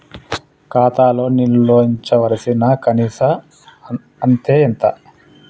ఖాతా లో నిల్వుంచవలసిన కనీస అత్తే ఎంత?